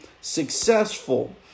successful